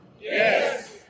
Yes